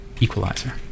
Equalizer